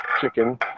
Chicken